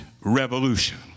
revolution